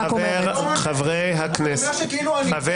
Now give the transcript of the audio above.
--- (חבר הכנסת יוראי להב הרצנו יוצא מאולם הוועדה) רוטמן,